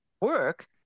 work